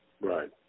Right